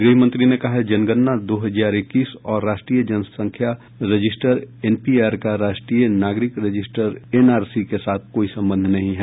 गृह मंत्री ने कहा कि जनगणना दो हजार इक्कीस और राष्ट्रीय जनसंख्या रजिस्टर एनपीआर का राष्ट्रीय नागरिक रजिस्टर एनआरसी के साथ कोई संबंध नहीं है